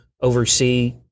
oversee